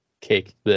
cake